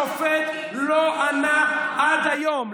למה אף שופט לא ענה עד היום?